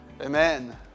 Amen